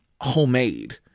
homemade